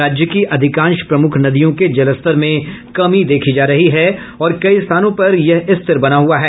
राज्य की अधिकांश प्रमुख नदियों के जलस्तर में कमी देखी जा रही है और कई स्थानों पर यह स्थिर बना हुआ है